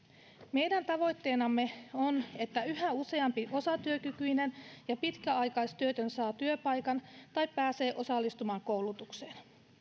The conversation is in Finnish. meidän tavoitteenamme on että yhä useampi osatyökykyinen ja pitkäaikaistyötön saa työpaikan tai pääsee osallistumaan koulutukseen